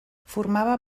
formava